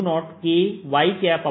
dy0Ky2 Y